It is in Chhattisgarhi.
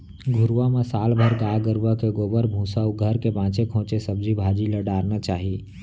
घुरूवा म साल भर गाय गरूवा के गोबर, भूसा अउ घर के बांचे खोंचे सब्जी भाजी ल डारना चाही